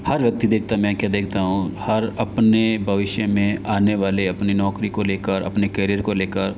हर व्यक्ति देखता है मैं क्या देखता हूँ हर अपने भविष्य मे आने वाले अपनी नौकरी को लेकर अपने करिअर को लेकर